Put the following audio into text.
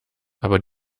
aber